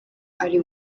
ari